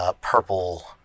purple